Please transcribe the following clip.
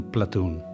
Platoon